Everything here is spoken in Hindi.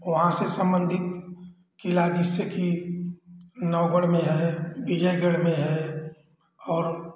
वहाँ से सम्बन्धित किला जैसे कि नवगढ़ में है विजयगढ़ में है और